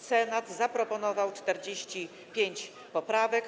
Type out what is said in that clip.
Senat zaproponował 45 poprawek.